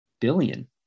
billion